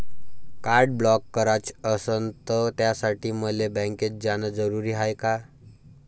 Card block कराच असनं त त्यासाठी मले बँकेत जानं जरुरी हाय का?